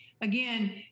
Again